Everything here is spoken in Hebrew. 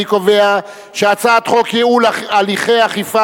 אני קובע שהצעת חוק ייעול הליכי האכיפה